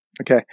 Okay